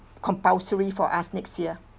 compulsory for us next year